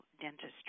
dentistry